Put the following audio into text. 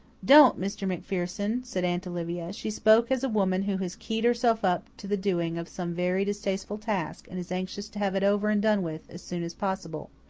don't, mr. macpherson, said aunt olivia. she spoke as a woman who has keyed herself up to the doing of some very distasteful task and is anxious to have it over and done with as soon as possible.